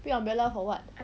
bring umbrella for what